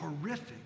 horrific